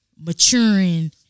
maturing